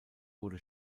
wurde